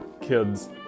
kids